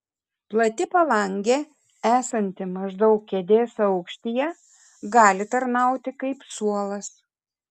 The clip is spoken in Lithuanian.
plati palangė esanti maždaug kėdės aukštyje gali tarnauti kaip suolas